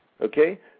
okay